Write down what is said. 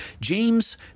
James